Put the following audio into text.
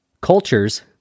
cultures